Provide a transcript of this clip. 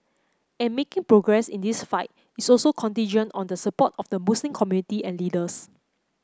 and making progress in this fight is also contingent on the support of the Muslim community and leaders